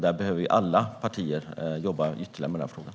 Alla partier behöver jobba ytterligare med den frågan.